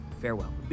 Farewell